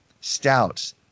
stouts